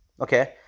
Okay